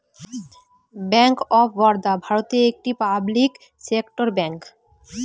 bank of Baroda ভারতের একটি public sector bank